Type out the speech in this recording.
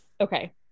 okay